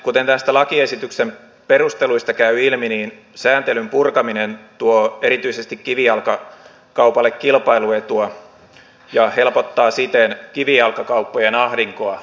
kuten näistä lakiesityksen perusteluista käy ilmi sääntelyn purkaminen tuo erityisesti kivijalkakaupalle kilpailuetua ja helpottaa siten kivijalkakauppojen ahdinkoa